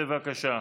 בבקשה.